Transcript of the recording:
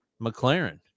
McLaren